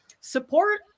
support